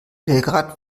belgrad